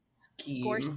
Scheme